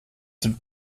sind